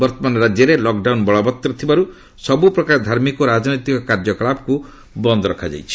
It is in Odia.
ବର୍ତ୍ତମାନ ରାଜ୍ୟରେ ଲକଡାଉନ ବଳବତ୍ତର ଥିବାରୁ ସବୁପ୍ରକାର ଧାର୍ମିକ ଓ ରାଜନୈତିକ କାର୍ଯ୍ୟକଳାପକୁ ବନ୍ଦ ରଖାଯାଇଛି